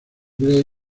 gray